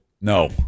No